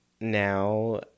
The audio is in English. now